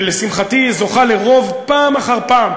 שלשמחתי זוכה לרוב פעם אחר פעם,